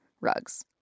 rugs